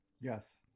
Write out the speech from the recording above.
Yes